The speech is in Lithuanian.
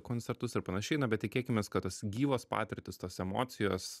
koncertus ir panašiai na bet tikėkimės kad tos gyvos patirtys tos emocijos